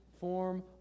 form